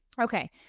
Okay